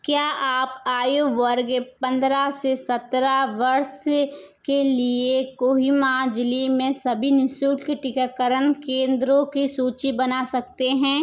क्या आप आयु वर्ग पंद्रह से सत्रह वर्ष के लिए कोहिमा ज़िले में सभी निःशुल्क टीकाकरण केंद्रो की सूची बना सकते हैं